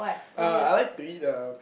uh I like to eat the